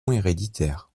héréditaire